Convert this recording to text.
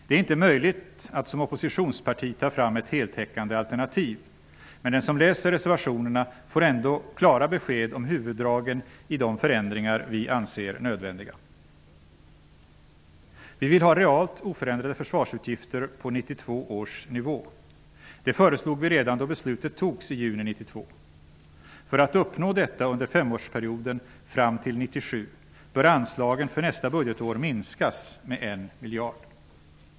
Det är inte möjligt att som oppositionsparti ta fram ett heltäckande alternativ, men den som läser reservationerna får ändå klara besked om huvuddragen i de förändringar vi anser nödvändiga. Vi vill ha realt oförändrade försvarsutgifter på 1992 års nivå. Det föreslog vi redan då beslutet togs i juni 1992. För att uppnå detta under femårsperioden fram till 1997 bör anslagen för nästa budgetår minskas med en miljard.